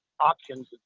options